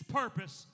purpose